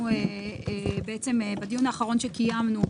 בדיון האחרון שקיימנו,